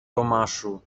tomaszu